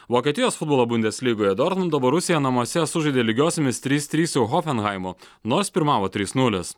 vokietijos futbolo bundes lygoje dortmundo borusija namuose sužaidė lygiosiomis trys trys su hofenhaimu nors pirmavo trys nulis